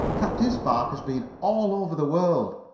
captain spark has been all over the world.